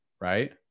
right